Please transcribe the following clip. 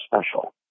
special